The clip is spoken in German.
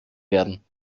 werden